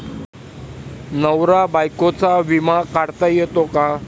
नवरा बायकोचा विमा काढता येतो का?